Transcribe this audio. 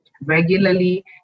regularly